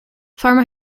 farmer